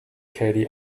katie